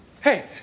Hey